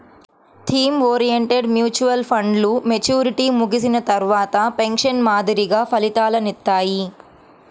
theme oriented mutual ఫండ్లు maturity ముగిసిన తర్వాత పెన్షన్ మాదిరిగా ఫలితాలనిత్తాయి